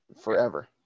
Forever